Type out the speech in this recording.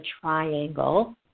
triangle